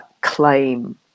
claim